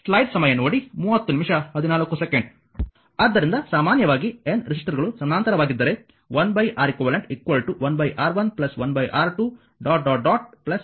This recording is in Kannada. ಆದ್ದರಿಂದ ಸಾಮಾನ್ಯವಾಗಿ N ರೆಸಿಸ್ಟರ್ಗಳು ಸಮಾನಾಂತರವಾಗಿದ್ದರೆ 1 R eq 1 R1 1 R2